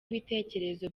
ibitekerezo